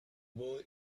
boy